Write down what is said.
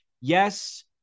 yes